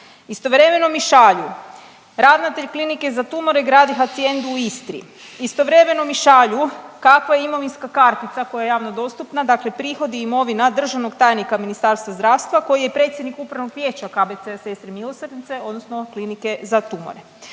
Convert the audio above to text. Istovremeno mi šalju ravnatelj Klinike za tumore gradi hacijendu u Istri. Istovremeno mi šalju kakva je imovinska kartica koja je javno dostupna, dakle prihodi i imovina državnog tajnika Ministarstva zdravstva koji je predsjednik Upravnog vijeća KBC Sestre milosrdnice, odnosno Klinike za tumore.